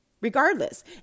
regardless